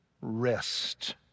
rest